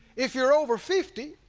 if you are over fifty,